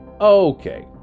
Okay